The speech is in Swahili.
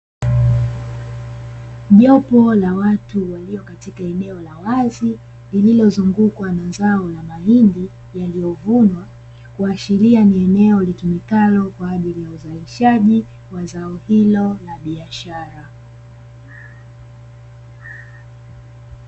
Jopo la watu walio katika eneo la wazi lililozungukwa na zao la mahindi, yaliovunwa nakuashiria ni eneo litumikalo kwa uzalishaji wa zao hilo la biashara.